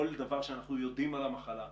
כל דבר שאנחנו יודעים על המחלה,